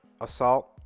assault